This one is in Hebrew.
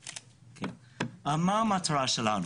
מה המטרה שלנו?